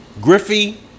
Griffey